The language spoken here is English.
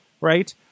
right